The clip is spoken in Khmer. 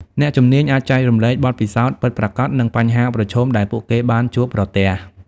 អ្នកជំនាញអាចចែករំលែកបទពិសោធន៍ពិតប្រាកដ និងបញ្ហាប្រឈមដែលពួកគេបានជួបប្រទះ។